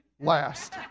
last